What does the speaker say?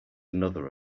another